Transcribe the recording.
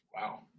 Wow